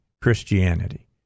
Christianity